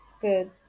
good